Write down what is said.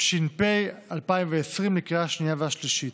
התש"ף 2020, לקריאה השנייה והשלישית.